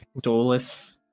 Dolus